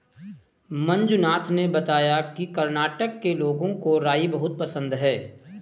मंजुनाथ ने बताया कि कर्नाटक के लोगों को राई बहुत पसंद है